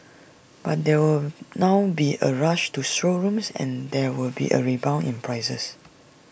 but there will now be A rush to showrooms and there will be A rebound in prices